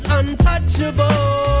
untouchable